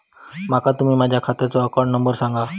माका तुम्ही माझ्या खात्याचो अकाउंट नंबर सांगा?